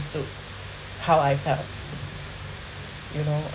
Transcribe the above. understood how I felt you know